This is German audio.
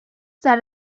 sei